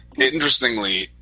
interestingly